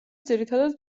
ძირითადად